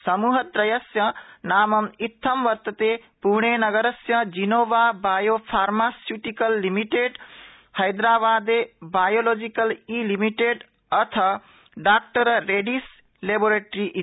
समृहत्रवस्य नाम इत्थं वर्तते पुणे नगरस्य जिनोवा बायो फार्मास्युटिकल लिमिटेड हृद्योबादे बायोलॉजिकल ई लिमिटेड अथ डॉक्टर रडिस लेबोरेट्री इति